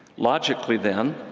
logically then,